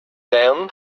them